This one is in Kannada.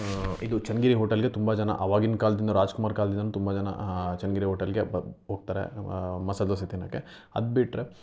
ಇದು ಚನ್ನಗಿರಿ ಹೋಟೆಲ್ಗೆ ತುಂಬ ಜನ ಅವಾಗಿನ ಕಾಲದಿಂದ ರಾಜಕುಮಾರ್ ಕಾಲದಿಂದನೂ ತುಂಬ ಜನ ಚನ್ನಗಿರಿ ಓಟೆಲ್ಗೇ ಬ ಹೋಗ್ತಾರೆ ಮಸಾಲೆ ದೋಸೆ ತಿನ್ನೋಕ್ಕೆ ಅದು ಬಿಟ್ಟರೆ